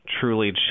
truly